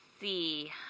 see